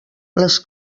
les